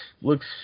looks